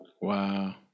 Wow